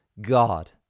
God